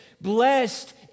Blessed